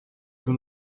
più